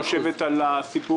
הייתה דילמה אם לקחת את ה-58 מיליון